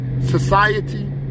society